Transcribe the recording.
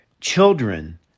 children